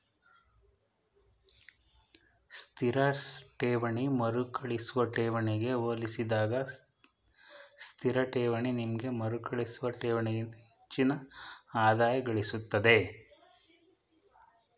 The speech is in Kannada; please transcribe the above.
ಸ್ಥಿರ ಠೇವಣಿ ಮರುಕಳಿಸುವ ಠೇವಣಿಗೆ ಹೋಲಿಸಿದಾಗ ಸ್ಥಿರಠೇವಣಿ ನಿಮ್ಗೆ ಮರುಕಳಿಸುವ ಠೇವಣಿಗಿಂತ ಹೆಚ್ಚಿನ ಆದಾಯಗಳಿಸುತ್ತೆ